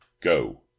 go